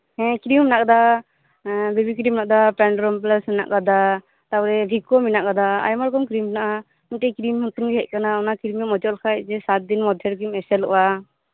ᱦᱮᱸ ᱠᱨᱤᱢ ᱦᱚ ᱢᱮᱱᱟᱜ ᱟᱠᱟᱫᱟ ᱵᱮᱵᱤ ᱠᱨᱤᱢ ᱢᱮᱱᱟᱜ ᱟᱠᱟᱫᱟ ᱯᱮᱸᱰᱨᱚᱝ ᱯᱞᱟᱥ ᱢᱮᱱᱟᱜ ᱟᱠᱟᱫᱟ ᱛᱟᱯᱚᱨᱮ ᱵᱷᱤᱠᱳ ᱢᱮᱱᱟᱜ ᱟᱠᱟᱫᱟ ᱟᱭᱢᱟᱨᱚᱠᱚᱢ ᱠᱨᱤᱢ ᱢᱮᱱᱟᱜᱼᱟ ᱢᱤᱫᱴᱮᱱ ᱠᱨᱤᱢ ᱱᱚᱛᱩᱱᱜᱤ ᱦᱮᱡ ᱟᱠᱟᱱᱟ ᱚᱱᱟ ᱠᱨᱤᱢ ᱮᱢ ᱚᱡᱚᱜ ᱞᱮᱠᱷᱟᱱ ᱥᱟᱛᱫᱤᱱ ᱢᱚᱫᱷᱮ ᱨᱮᱜᱮᱢ ᱮᱥᱮᱞᱚᱜᱼᱟ